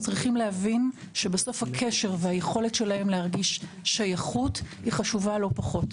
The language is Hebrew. אנו צריכים להבין שבסוף הקשר והיכולת שלהם להרגיש שייכות חשובה לא פחות.